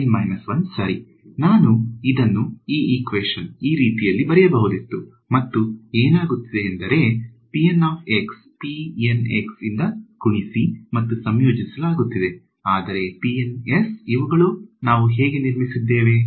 N 1 ಸರಿ ನಾನು ಇದನ್ನು ಈ ರೀತಿ ಬರೆಯಬಹುದಿತ್ತು ಮತ್ತು ಏನಾಗುತ್ತಿದೆ ಎಂದರೆ P N x ಇಂದ ಗುಣಿಸಿ ಮತ್ತು ಸಂಯೋಜಿಸಲಾಗುತ್ತಿದೆ ಆದರೆ s ಇವುಗಳನ್ನು ನಾವು ಹೇಗೆ ನಿರ್ಮಿಸಿದ್ದೇವೆ